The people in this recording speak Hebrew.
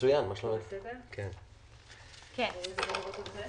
אני מבין שהם נמצאים